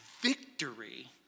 victory